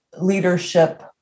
leadership